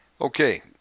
Okay